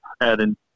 adding